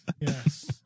yes